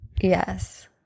Yes